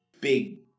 big